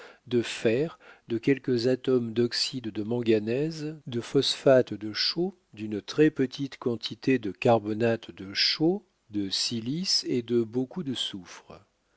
de fer de quelques atomes d'oxyde de manganèse de phosphate de chaux d'une très-petite quantité de carbonate de chaux de silice et de beaucoup de soufre